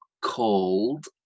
called